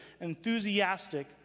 enthusiastic